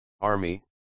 Army